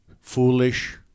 foolish